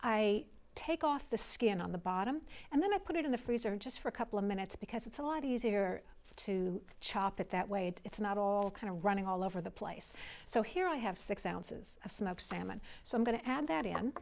i take off the skin on the bottom and then i put it in the freezer just for a couple of minutes because it's a lot easier to chop it that way and it's not all kind of running all over the place so here i have six ounces of smoked salmon so i'm going to add that